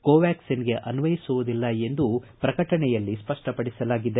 ಕೋವ್ವಾಕ್ಲಿನ್ಗೆ ಅನ್ವಯಿಸುವುದಿಲ್ಲ ಎಂದು ಪ್ರಕಟಣೆಯಲ್ಲಿ ಸ್ಪಷ್ಟವಡಿಸಲಾಗಿದೆ